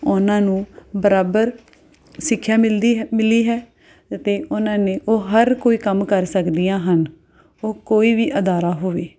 ਉਹਨਾਂ ਨੂੰ ਬਰਾਬਰ ਸਿੱਖਿਆ ਮਿਲਦੀ ਹੈ ਮਿਲੀ ਹੈ ਅਤੇ ਉਹਨਾਂ ਨੇ ਉਹ ਹਰ ਕੋਈ ਕੰਮ ਕਰ ਸਕਦੀਆਂ ਹਨ ਉਹ ਕੋਈ ਵੀ ਅਦਾਰਾ ਹੋਵੇ